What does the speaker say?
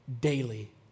daily